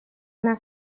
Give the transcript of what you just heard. una